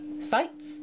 sites